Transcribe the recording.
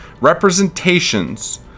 Representations